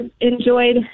enjoyed